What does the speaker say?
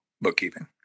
bookkeeping